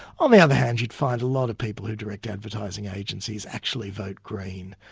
on the other hand you'd find a lot of people who direct advertising agencies actually vote green,